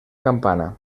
campana